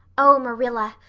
oh, marilla,